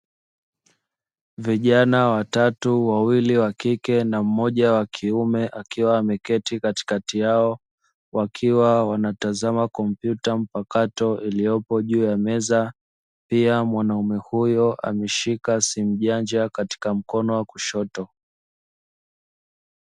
Vijana watatu wawili wa kike na mmoja wa kiume wakiwa ameketi katikati yao, wakiwa wanatazama kompyuta mpakato iliyopo juu ya meza pia mwanaume huyo ameshika simu janja katika mkono wa kushoto.